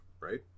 right